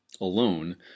alone